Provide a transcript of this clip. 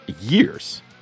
years